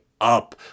up